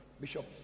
Bishop